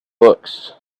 books